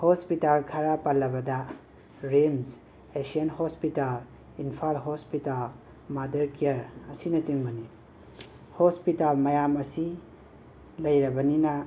hospital ꯈꯔꯥ ꯄꯜꯂꯕꯗꯥ RIMS Asian hospital Imphal hospital mother's care ꯑꯁꯤꯅꯆꯤꯡꯕꯅꯤ ꯍꯣꯁꯄꯤꯇꯥꯜ ꯃꯌꯥꯝ ꯑꯁꯤ ꯂꯩꯔꯕꯅꯤꯅꯥ